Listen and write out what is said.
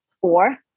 four